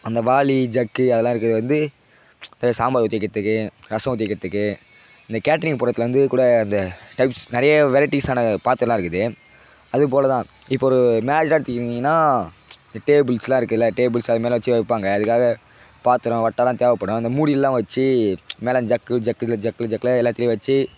அந்த வாளி ஜக்கு அதெல்லாம் இருக்கிறது வந்து இந்த சாம்பார் ஊற்றி வைக்கிறத்துக்கு ரசம் ஊற்றி வைக்கிறத்துக்கு இந்த கேட்டரிங் போகிறத்துல வந்து கூட இந்த டயிப்ஸ் நிறைய வெரைட்டிஸ்ஸான பாத்திரமெலாம் இருக்குது அது போல் தான் இப்போது ஒரு மேரேஜ்லாம் எடுத்துக்கினீங்கனா இந்த டேபுள்ஸ்லாம் இருக்குல்ல டேபுள்ஸ் அது மேலே வச்சி வைப்பாங்க அதுக்காக பாத்திரம் வட்டாலாம் தேவைப்படும் அந்த மூடியிலலாம் வச்சு மேலே அந்த ஜக்கு ஜக்கில் ஜக்கு ஜக்கில் எல்லாத்துலேயும் வச்சு